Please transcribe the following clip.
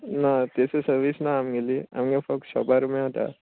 ना तेचो सर्वीस ना आमगेली आमगे फक्त शॉपार मेळटा